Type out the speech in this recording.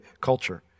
culture